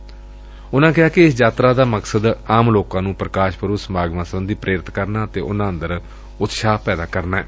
ਊਨਾ ਕਿਹਾ ਕਿ ਏਸ ਯਾਤਰਾ ਦਾ ਮਕਸਦ ਆਮ ਲੋਕਾ ਨੂੰ ਪ੍ਰਕਾਸ਼ ਪੁਰਬ ਸਮਾਗਮਾ ਸਬੰਧੀ ਪ੍ਰੇਰਿਤ ਕਰਨਾ ਅਤੇ ਉਂਨੂਾਂ ਅੰਦਰ ਉਤਸ਼ਾਹ ਪੈਦਾ ਕਰਨਾ ਏ